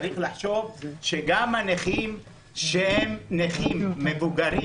צריך לחשוב שגם הנכים שהם נכים מבוגרים,